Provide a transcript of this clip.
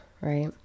right